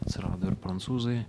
atsirado ir prancūzai